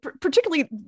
particularly